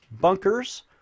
bunkers